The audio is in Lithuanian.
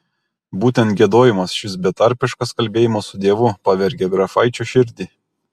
būtent giedojimas šis betarpiškas kalbėjimas su dievu pavergė grafaičio širdį